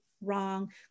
Wrong